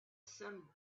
some